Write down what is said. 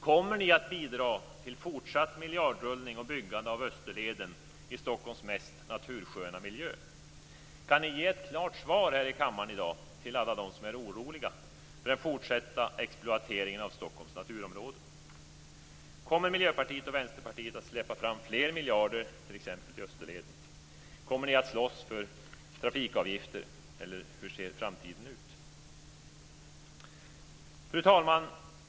Kommer ni att bidra till fortsatt miljardrullning och byggande av Österleden i Stockholms mest natursköna miljö? Kan ni ge ett klart svar här i kammaren i dag till alla dem som är oroliga för den fortsatta exploateringen av Stockholms naturområden? Kommer Miljöpartiet och Vänsterpartiet att släppa fram fler miljarder t.ex. till Österleden? Kommer ni att slåss för trafikavgifter, eller hur ser framtiden ut? Fru talman!